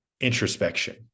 introspection